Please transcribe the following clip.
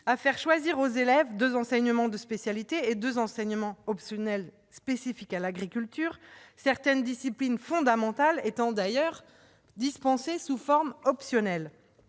à faire choisir aux élèves deux enseignements de spécialité et deux enseignements optionnels spécifiques à l'agriculture, certaines disciplines fondamentales étant d'ailleurs dispensées sous forme optionnelle.